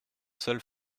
seul